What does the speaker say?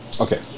Okay